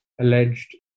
alleged